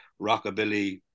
rockabilly